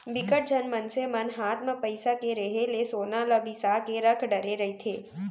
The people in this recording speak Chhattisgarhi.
बिकट झन मनसे मन हात म पइसा के रेहे ले सोना ल बिसा के रख डरे रहिथे